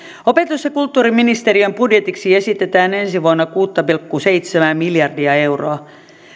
opetus ja kulttuuriministeriön budjetiksi esitetään ensi vuonna kuutta pilkku seitsemää miljardia euroa